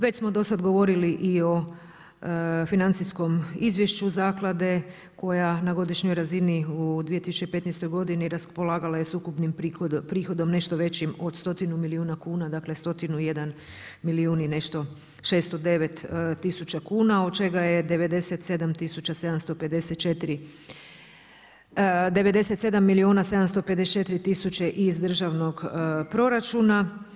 Već smo do sada govorili i o financijskom izvješću zaklade koja na godišnjoj razini u 2015. raspolagala je s ukupnim prihodom nešto većim od stotinu milijuna kuna, dakle stotinu i jedan milijun i nešto, 609 tisuća kuna od čega je 97 tisuća 754, 97 milijuna 754 tisuće iz državnog proračuna.